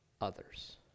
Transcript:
others